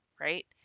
Right